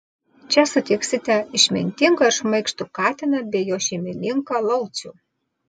čia sutiksite išmintingą ir šmaikštų katiną bei jo šeimininką laucių